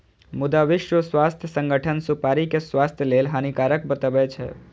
मुदा विश्व स्वास्थ्य संगठन सुपारी कें स्वास्थ्य लेल हानिकारक बतबै छै